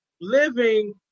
living